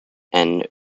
and